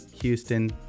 houston